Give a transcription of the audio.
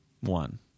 one